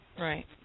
Right